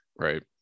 right